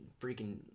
freaking